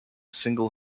single